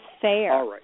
fair